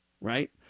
Right